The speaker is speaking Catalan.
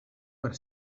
per